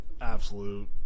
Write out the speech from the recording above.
absolute